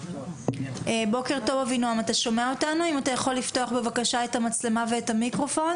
אנחנו שומעים פה גם על התכנית.